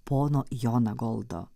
pono jonagoldo